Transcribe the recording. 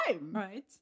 Right